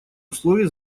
условий